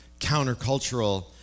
countercultural